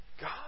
God